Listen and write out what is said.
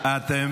לא, הם